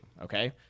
Okay